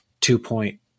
two-point